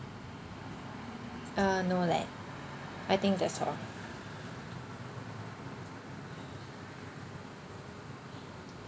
uh no leh I think that's all